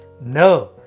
No